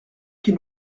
qu’il